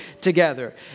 together